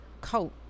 coat